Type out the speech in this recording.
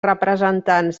representants